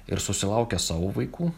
ir susilaukia savo vaikų